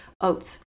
oats